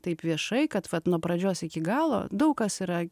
taip viešai kad vat nuo pradžios iki galo daug kas yra